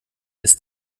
ist